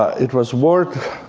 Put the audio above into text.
it was worth